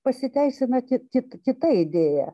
pasiteisina kit kit kita idėja